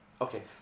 Okay